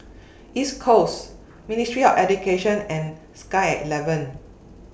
East Coast Ministry of Education and Sky eleven